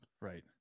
right